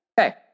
Okay